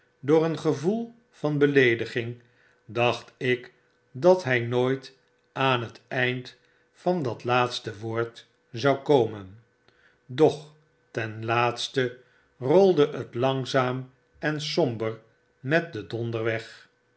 door een gevoel van beleediging dacht ik dat by nooit aan het eind van dat laatste woord zou komen doch ten laatste rolde het langzaam en somber met den donder